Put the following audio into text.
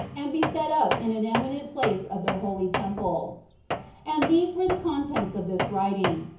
and be set up in an eminent place of their holy temple and these were the contents of this writing.